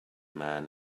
man